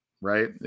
right